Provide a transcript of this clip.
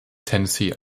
tennessee